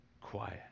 quiet